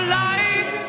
life